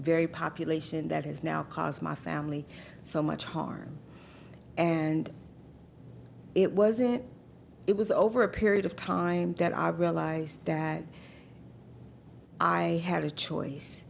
very population that has now caused my family so much harm and it wasn't it was over a period of time that i realized that i had a choice